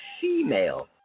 female